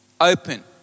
open